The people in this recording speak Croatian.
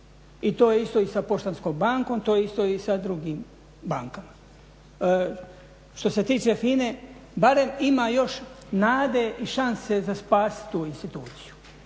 i to je isto i sa Poštanskom bankom, to je isto i sa drugim bankama. Što se tiče FINA-e barem ima još nade i šanse za spasiti tu instituciju.